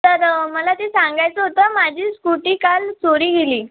तर मला ते सांगायचं होतं माझी स्कूटी काल चोरी गेली